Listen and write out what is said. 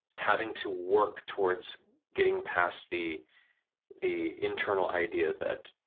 having to work towards getting past the the internal idea that